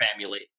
Family